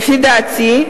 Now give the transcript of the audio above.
לפי דעתי,